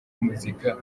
muzika